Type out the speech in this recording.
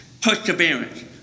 perseverance